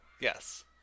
Yes